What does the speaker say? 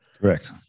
Correct